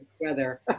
weather